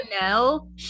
No